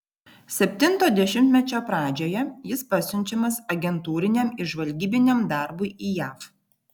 septinto dešimtmečio pradžioje jis pasiunčiamas agentūriniam ir žvalgybiniam darbui į jav